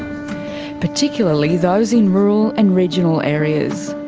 particularly those in rural and regional areas.